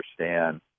understand